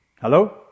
Hello